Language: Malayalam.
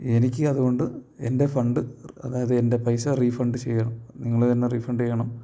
എനിക്ക് അതുകൊണ്ട് എൻ്റെ ഫണ്ട് അതായത് എൻ്റെ പൈസ റീഫണ്ട് ചെയ്യണം നിങ്ങൾ തന്നെ റീഫണ്ട് ചെയ്യണം